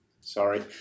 Sorry